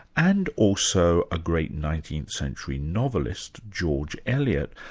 and also a great nineteenth-century novelist, george eliot.